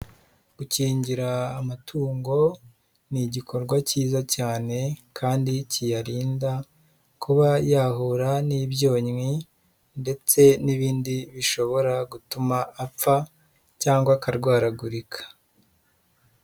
Gukingira amatungo ni igikorwa cyiza cyane kandi kiyarinda kuba yahura n'ibyonnyi ndetse, n'ibindi bishobora gutuma apfa cyangwa akarwaragurika.